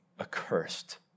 accursed